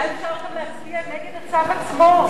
היה אפשר גם להצביע נגד הצו עצמו.